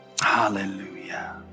hallelujah